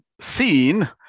seen